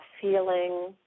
feeling